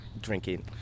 drinking